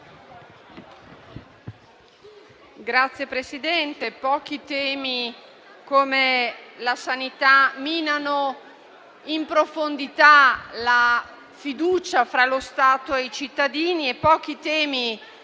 Signor Presidente, pochi temi come la sanità minano in profondità la fiducia fra lo Stato e i cittadini e pochi temi,